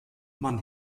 man